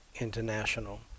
International